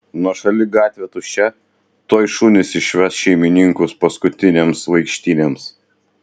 nuošali gatvė tuščia tuoj šunys išves šeimininkus paskutinėms vaikštynėms